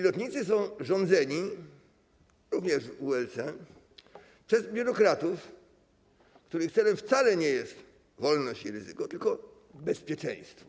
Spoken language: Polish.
Lotnicy są rządzeni, również w ULC, przez biurokratów, których celem wcale nie jest wolność i ryzyko, tylko bezpieczeństwo.